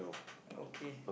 okay